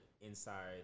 inside